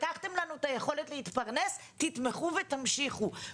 לקחתם לנו את היכולת להתפרנס, תתמכו ותמשיכו.